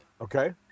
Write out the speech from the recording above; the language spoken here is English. okay